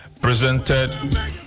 Presented